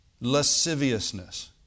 Lasciviousness